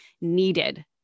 needed